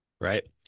Right